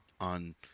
on